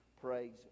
praise